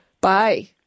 Bye